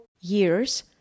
years